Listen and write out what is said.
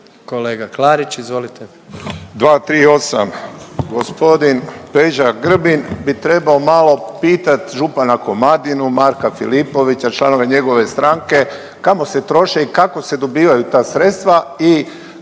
Kolega Klarić, izvolite.